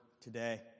today